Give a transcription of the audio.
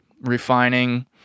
refining